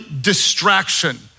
distraction